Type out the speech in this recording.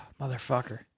Motherfucker